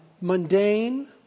mundane